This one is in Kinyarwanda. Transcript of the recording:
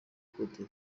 côte